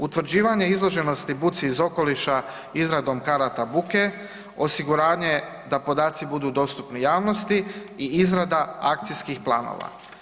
Utvrđivanje izloženosti buci iz okoliša izradom karata buke, osiguranje da podaci budu dostupni javnosti i izrada akcijskih planova.